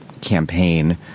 campaign